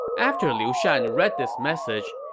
after liu shan read this message,